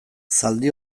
zaldi